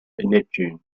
neptune